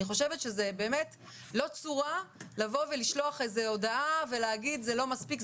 אני חושבת שזאת לא צורה לשלוח איזו הודעה ולהגיד: זה לא מספיק,